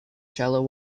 shallow